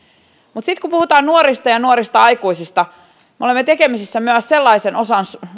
mutta sitten kun puhutaan nuorista ja nuorista aikuisista me olemme tekemisissä myös sellaisen suomen osan